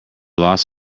loss